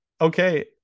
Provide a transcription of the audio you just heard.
okay